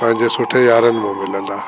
पंहिंजे सूठे यार मां मिलदा